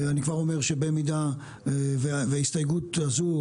אני כבר אומר שבמידה וההסתייגות הזו,